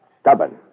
stubborn